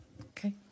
Okay